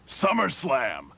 Summerslam